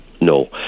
no